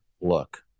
look